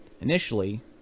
Initially